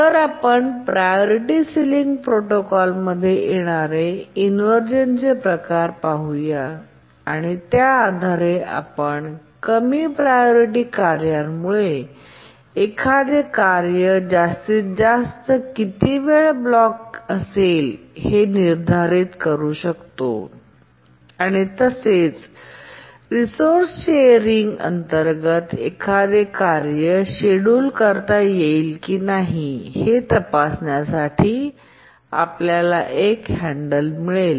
तर आपण priority ceiling protocol मध्ये येणारे इन्व्हरझेन चे प्रकार पाहू आणि त्या आधारे आपण कमी प्रायोरिटी कार्यामुळे एखादे कार्य जास्तीत जास्त किती वेळ ब्लॉक असेल हे निर्धारित करू शकतो आणि तसेच रीसोर्स शेअरिंग अंतर्गत एखादे कार्य शेड्यूल करता येईल की नाही हे तपासण्यासाठी आपल्याला एक हँडल ही मिळेल